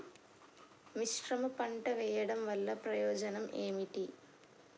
మిశ్రమ పంట వెయ్యడం వల్ల ప్రయోజనం ఏమిటి?